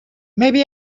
maybe